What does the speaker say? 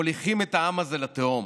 אתם מוליכים את העם הזה לתהום.